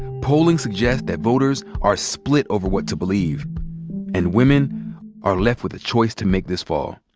polling suggests that voters are split over what to believe. and women are left with a choice to make this fall.